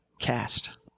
cast